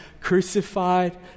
crucified